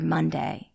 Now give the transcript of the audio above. Monday